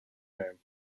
name